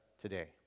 today